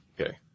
Okay